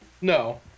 No